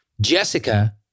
Jessica